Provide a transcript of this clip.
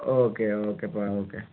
okay ಓಕೆಪ okay